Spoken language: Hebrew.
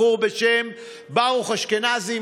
בחור בשם ברוך אשכנזי.